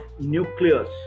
nucleus